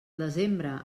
desembre